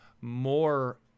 more